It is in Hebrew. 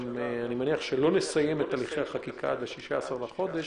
אני מניח שלא נסיים את הליכי החקיקה עד ה-16 לחודש,